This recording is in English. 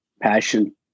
passion